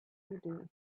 you